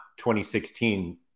2016